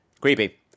creepy